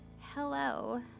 hello